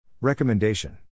Recommendation